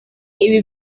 ibi